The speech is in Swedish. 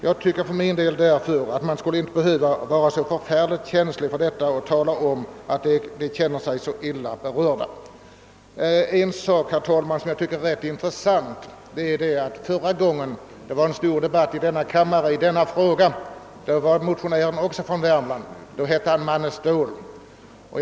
Jag tycker därför att man inte skulle behöva vara så känslig och anse sig tvungen att tala om hur illa berörd man känner sig. En sak, herr talman, som jag tycker är verkligt intressant är att även förra gången det var en stor debatt i denna kammare i frågan var motionären från Värmland. Då hette han Manne Ståhl.